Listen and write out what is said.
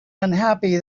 unhappy